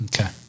Okay